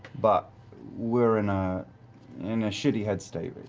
but we're in ah in a shitty headstate.